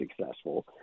successful